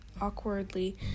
awkwardly